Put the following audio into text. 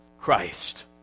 Christ